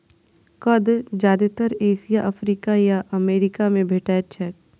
कंद जादेतर Asia, Africa आ अमेरिका मे भेटैत छैक